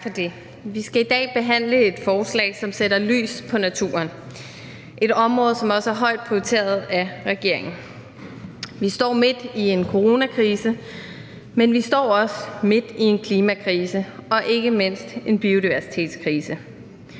Vi skal i dag behandle et forslag, som sætter fokus på naturen – et område, som også er højt prioriteret af regeringen. Vi står midt i en coronakrise, men vi står også midt i en klimakrise og ikke mindst en biodiversitetskrise.